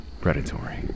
predatory